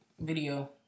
video